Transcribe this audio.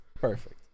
Perfect